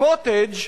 "קוטג'"